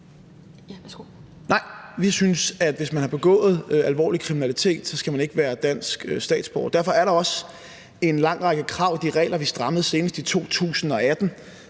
Nej, vi synes, at hvis man har begået alvorlig kriminalitet, så skal man ikke være dansk statsborger. Derfor er der også en lang række krav. De regler, vi strammede senest i 2018,